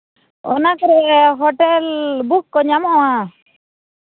ᱚᱱᱟ ᱠᱚᱨᱮ hotel book ᱠᱚ ᱧᱟᱢᱚᱜᱼᱟ